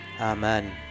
Amen